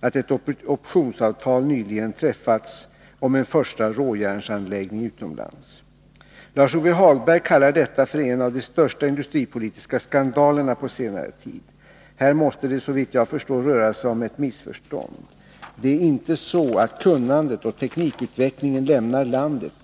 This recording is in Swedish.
att ett optionsavtal nyligen träffats om en första råjärnsanläggning utomlands. Lars-Ove Hagberg kallar detta en av de största industripolitiska skandalerna på senare tid. Här måste det såvitt jag förstår röra sig om ett missförstånd. Det är inte så att kunnandet och teknikutvecklingen lämnar landet.